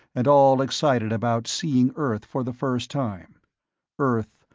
and all excited about seeing earth for the first time earth,